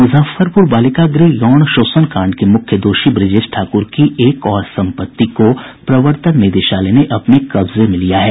मुजफ्फरपुर बालिका गृह यौन शोषण कांड के मुख्य दोषी ब्रजेश ठाकुर की एक और संपत्ति को प्रवर्तन निदेशालय ने अपने कब्जे में लिया है